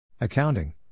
Accounting